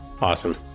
Awesome